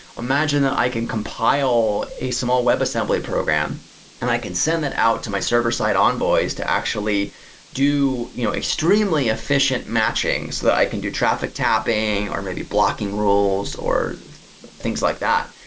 imagine that i can compile a small web assembly program and i can send that out to my server-side envoys to actually do you extremely efficient matchings that i can do traffic tapping or maybe blocking rules or things like that.